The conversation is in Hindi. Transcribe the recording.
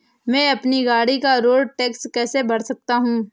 मैं अपनी गाड़ी का रोड टैक्स कैसे भर सकता हूँ?